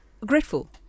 Grateful